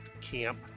camp